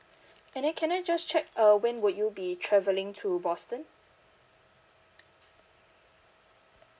and then can I just check uh when would you be travelling to boston